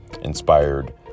inspired